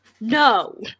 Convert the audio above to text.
no